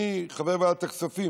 אני חבר ועדת הכספים,